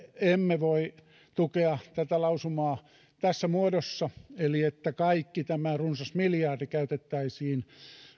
emme voi tukea tätä lausumaa tässä muodossa että kaikki tämä runsas miljardi käytettäisiin